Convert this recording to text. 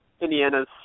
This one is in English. Indiana's